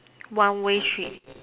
one way street